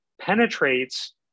penetrates